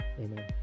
Amen